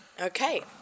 Okay